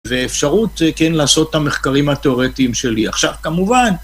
ואפשרות כן לעשות את המחקרים התיאורטיים שלי עכשיו. כמובן